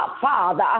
Father